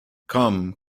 come